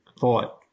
thought